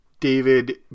David